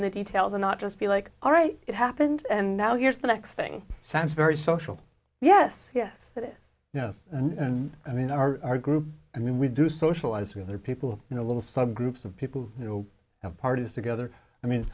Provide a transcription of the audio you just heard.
in the details and not just be like alright it happened and now here's the next thing sounds very social yes yes but you know i mean our group i mean we do socialize with other people you know little subgroups of people who have parties together i mean